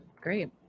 great